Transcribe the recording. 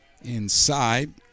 Inside